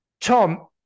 Tom